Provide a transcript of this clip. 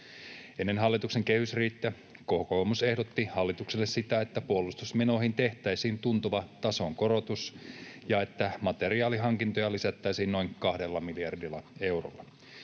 Ennen hallituksen kehysriihtä kokoomus ehdotti hallitukselle sitä, että puolustusmenoihin tehtäisiin tuntuva tasonkorotus ja että materiaalihankintoja lisättäisiin noin kahdella miljardilla eurolla.